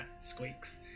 squeaks